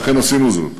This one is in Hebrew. ואכן עשינו זאת.